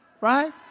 right